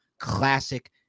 classic